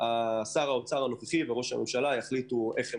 האוצר הנוכחי וראש הממשלה יחליטו איך הם